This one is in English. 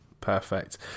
Perfect